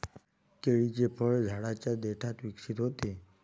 केळीचे फळ झाडाच्या देठात विकसित होते